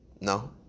No